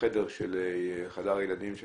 לא